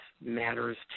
matters